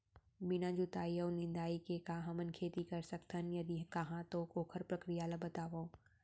बिना जुताई अऊ निंदाई के का हमन खेती कर सकथन, यदि कहाँ तो ओखर प्रक्रिया ला बतावव?